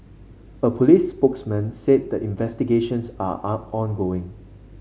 a police spokesman said the investigations are on ongoing